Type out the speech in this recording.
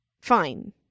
fine